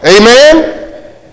Amen